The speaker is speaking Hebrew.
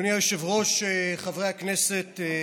אדוני היושב-ראש, חברי הכנסת,